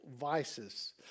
vices